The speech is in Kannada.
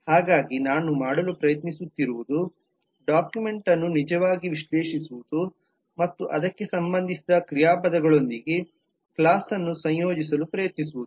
ಹಾಗಾಗಿ ನಾನು ಮಾಡಲು ಪ್ರಯತ್ನಿಸುತ್ತಿರುವುದು ಡಾಕ್ಯುಮೆಂಟ್ ಅನ್ನು ನಿಜವಾಗಿ ವಿಶ್ಲೇಷಿಸುವುದು ಮತ್ತು ಅದಕ್ಕೆ ಸಂಬಂಧಿಸಿದ ಕ್ರಿಯಾಪದಗಳೊಂದಿಗೆ ಕ್ಲಾಸ್ನ್ನು ಸಂಯೋಜಿಸಲು ಪ್ರಯತ್ನಿಸುವುದು